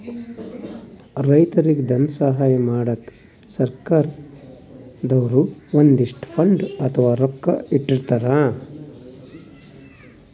ರೈತರಿಗ್ ಧನ ಸಹಾಯ ಮಾಡಕ್ಕ್ ಸರ್ಕಾರ್ ದವ್ರು ಒಂದಿಷ್ಟ್ ಫಂಡ್ ಅಥವಾ ರೊಕ್ಕಾ ಇಟ್ಟಿರ್ತರ್